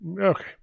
okay